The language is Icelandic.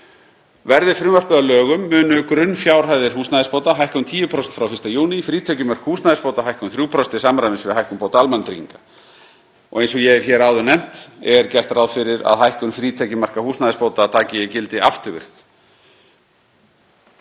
Verði frumvarpið að lögum munu grunnfjárhæðir húsnæðisbóta hækka um 10% frá 1. júní. Frítekjumörk húsnæðisbóta hækka um 3% til samræmis við hækkun bóta almannatrygginga. Eins og ég hef áður nefnt er gert ráð fyrir að hækkun frítekjumarka húsnæðisbóta taki gildi afturvirkt.